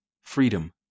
freedom